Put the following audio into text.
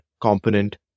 component